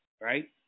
right